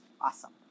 awesome